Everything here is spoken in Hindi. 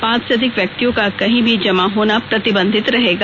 पांच से अधिक व्यक्तियों का कहीं भी जमा होना प्रतिबंधित रहेगा